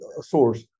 source